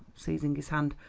seizing his hand,